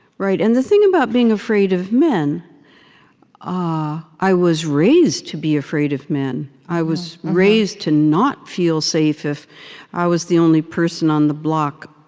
right, and the thing about being afraid of men ah i was raised to be afraid of men. i was raised to not feel safe if i was the only person on the block,